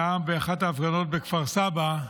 נאם באחת ההפגנות בכפר סבא,